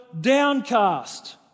downcast